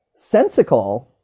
Sensical